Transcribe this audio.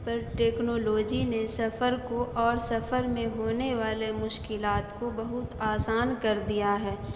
پر technology نے سفر کو اور سفر میں ہونے والے مشکلات کو بہت آسان کر دیا ہے